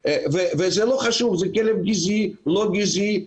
וזה לא חשוב אם זה כלב גזעי או לא גזעי.